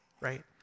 right